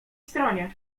stronie